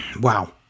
Wow